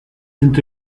and